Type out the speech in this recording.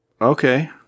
Okay